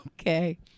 Okay